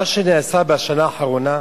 מה שנעשה בשנה האחרונה?